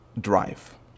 drive